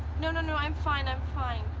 no, no, no. i'm fine. i'm fine.